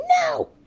no